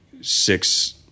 six